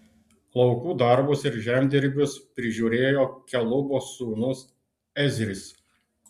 laukų darbus ir žemdirbius prižiūrėjo kelubo sūnus ezris